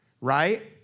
right